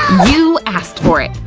you asked for it!